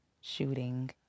shooting